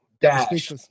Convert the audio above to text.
Dash